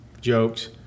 jokes